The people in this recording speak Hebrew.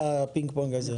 הפינג-פונג הזה.